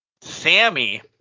Sammy